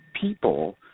people